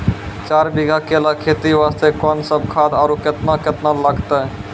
चार बीघा केला खेती वास्ते कोंन सब खाद आरु केतना केतना लगतै?